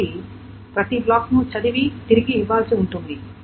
కాబట్టి ప్రతి బ్లాక్ను చదివి తిరిగి ఇవ్వాల్సి ఉంటుంది